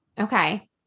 Okay